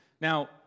Now